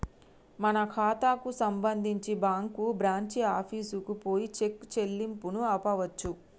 మన ఖాతాకు సంబంధించి బ్యాంకు బ్రాంచి ఆఫీసుకు పోయి చెక్ చెల్లింపును ఆపవచ్చు